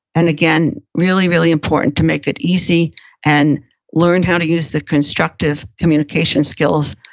and, again, really, really important to make it easy and learn how to use the constructive communications skills,